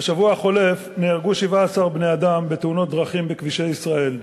בשבוע החולף נהרגו 17 בני-אדם בתאונות דרכים בכבישי ישראל.